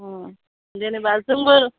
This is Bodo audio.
अ जेनोबा जोंबो